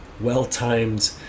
well-timed